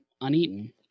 uneaten